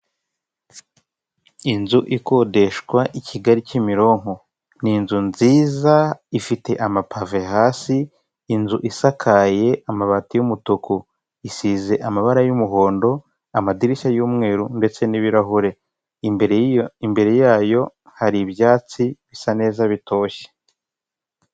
Inzu ikodeshwa i kigali kimironko ni inzu nziza ifite amapave hasi inzu isakaye amabati y'umutuku isize amabara y'umuhondo, amadirishya y'umweru, ndetse n'ibirahure, imbere yayo hari ibyatsi bisa neza bitoshye.